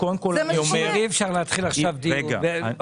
אי-אפשר להתחיל עכשיו דיון.